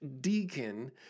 deacon